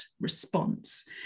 response